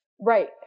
Right